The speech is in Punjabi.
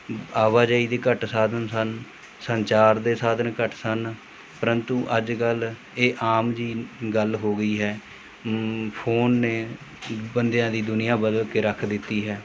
ਆਵਾਜਾਈ ਦੇ ਘੱਟ ਸਾਧਨ ਸਨ ਸੰਚਾਰ ਦੇ ਸਾਧਨ ਘੱਟ ਸਨ ਪਰੰਤੂ ਅੱਜ ਕੱਲ੍ਹ ਇਹ ਆਮ ਜਿਹੀ ਗੱਲ ਹੋ ਗਈ ਹੈ ਫੋਨ ਨੇ ਬੰਦਿਆਂ ਦੀ ਦੁਨੀਆਂ ਬਦਲ ਕੇ ਰੱਖ ਦਿੱਤੀ ਹੈ